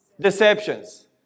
Deceptions